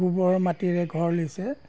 গোবৰ মাটিৰে ঘৰ লিপে